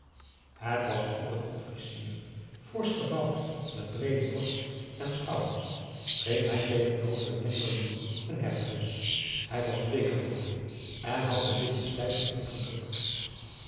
het was ook een officier forsch gebouwd met breede borst en schouders scheen hij tegenover den tengeren louis een hercules hij was bleek geworden en had de lippen stijf opeen gedrukt